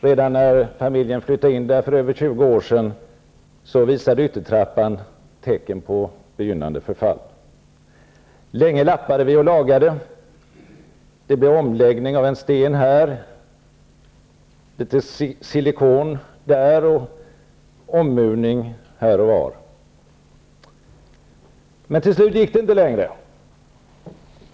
Redan när familjen flyttade in där för över 20 år sedan visade yttertrappan tecken på begynnande förfall. Länge lappade vi och lagade. Det blev omläggning av en sten här, litet silikon där och ommurning här och var. Men till slut gick det inte längre.